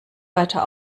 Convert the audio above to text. weiter